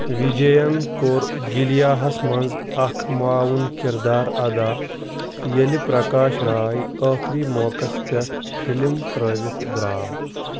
وِجے ین کوٚر گیلیاہس منٛز اکھ معاوُن کِردار ادا ییٚلہِ پرٛکاش راے ٲخری موقعس پیٚٹھ فِلم ترٲوِتھ درٛاو